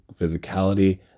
physicality